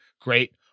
great